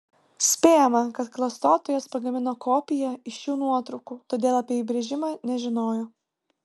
spėjama kad klastotojas pagamino kopiją iš šių nuotraukų todėl apie įbrėžimą nežinojo